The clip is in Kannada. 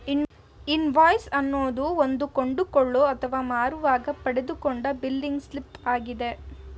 ಇನ್ವಾಯ್ಸ್ ಅನ್ನೋದು ಒಂದು ಕೊಂಡುಕೊಳ್ಳೋ ಅಥವಾ ಮಾರುವಾಗ ಪಡೆದುಕೊಂಡ ಬಿಲ್ಲಿಂಗ್ ಸ್ಲಿಪ್ ಆಗಿದೆ